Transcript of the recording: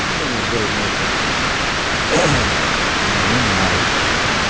जोङो गोरोबनायखौ नुनो मोना आरोखि